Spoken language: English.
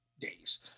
days